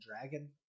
dragon